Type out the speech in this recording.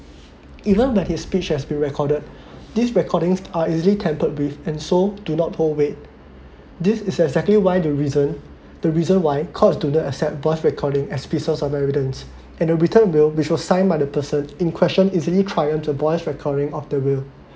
even when his speech has been recorded these recordings are easily tampered with and so do not hold weight this is exactly why the reason the reason why courts do not accept voice recording as pieces of evidence and the written will which was signed by the person in question easily triumph the voice recording of the will